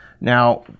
Now